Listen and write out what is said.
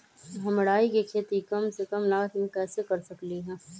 हम राई के खेती कम से कम लागत में कैसे कर सकली ह?